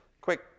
quick